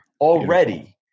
already